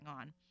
on